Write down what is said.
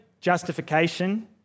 justification